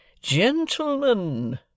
Gentlemen